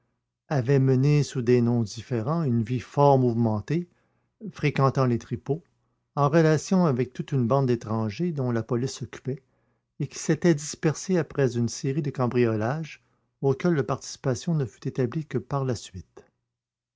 avaient mené sous des noms différents une vie fort mouvementée fréquentant les tripots en relations avec toute une bande d'étrangers dont la police s'occupait et qui s'était dispersée après une série de cambriolages auxquels leur participation ne fut établie que par la suite